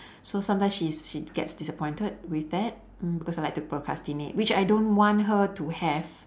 so sometimes she's she gets disappointed with that mm because I like to procrastinate which I don't want her to have